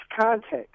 context